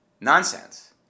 Nonsense